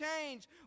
change